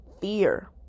fear